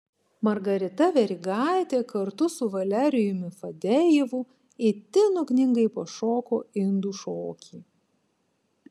margarita verigaitė kartu su valerijumi fadejevu itin ugningai pašoko indų šokį